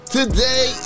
Today